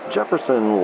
Jefferson